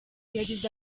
yagize